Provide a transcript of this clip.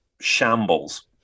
shambles